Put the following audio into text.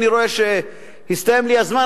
אני רואה שהסתיים לי הזמן,